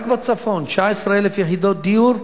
רק בצפון 19,000 יחידות דיור,